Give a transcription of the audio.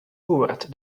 hoovered